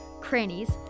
crannies